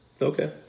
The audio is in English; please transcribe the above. Okay